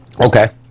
okay